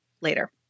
later